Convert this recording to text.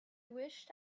wished